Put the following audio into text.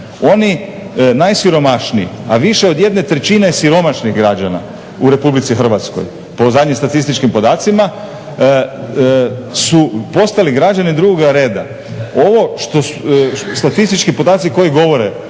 Oni najsiromašniji a više od jedne trećine siromašnih građana u Republici Hrvatskoj po zadnjim statističkim podacima su postali građani drugoga reda. Ovo, statistički podaci koji govore